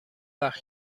وقت